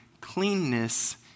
cleanness